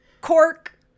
cork